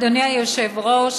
אדוני היושב-ראש,